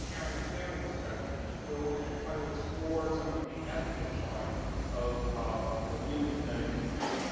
chairing a panel discussion where we're going to try to explore some of the ethical side of of human genetic information.